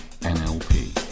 nlp